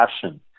passion